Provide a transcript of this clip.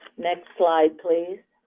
next slide please.